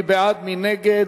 מי בעד, מי נגד?